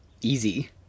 easy